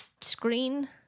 screen